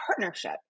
partnership